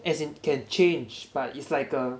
as in can change but it's like a